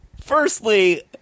firstly